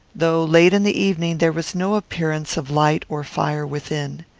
though late in the evening, there was no appearance of light or fire within.